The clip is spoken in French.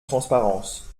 transparence